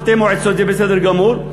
שתי מועצות זה בסדר גמור.